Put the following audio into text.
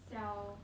sell